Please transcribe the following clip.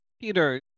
Peter